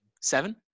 Seven